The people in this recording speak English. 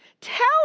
tell